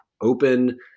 open